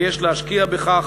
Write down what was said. ויש להשקיע בכך,